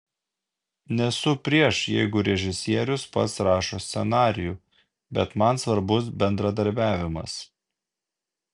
nesu prieš jeigu režisierius pats rašo scenarijų bet man svarbus bendradarbiavimas